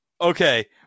Okay